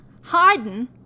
hiding